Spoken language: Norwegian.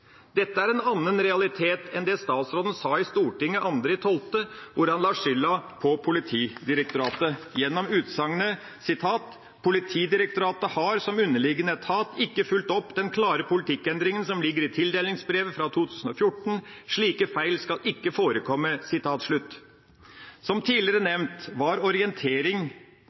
Dette er en annen realitet enn det statsråden sa i Stortinget 2. desember, hvor han la skylda på Politidirektoratet gjennom utsagnet: «Politidirektoratet har, som underliggende etat, ikke fulgt opp den klare politikkendringen som ligger i tildelingsbrevet for 2014. Slike feil skal ikke forekomme.» Som tidligere